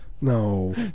no